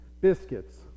biscuits